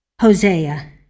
Hosea